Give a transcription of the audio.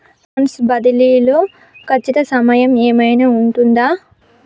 Funds బదిలీ లో ఖచ్చిత సమయం ఏమైనా ఉంటుందా?